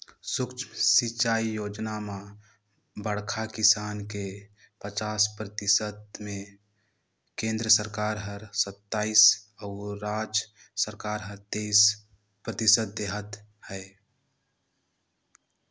सुक्ष्म सिंचई योजना म बड़खा किसान के पचास परतिसत मे केन्द्र सरकार हर सत्तइस अउ राज सरकार हर तेइस परतिसत देहत है